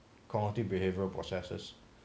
cognitive behavioral processes